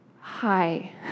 hi